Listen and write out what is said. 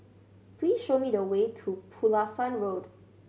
please show me the way to Pulasan Road